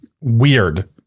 weird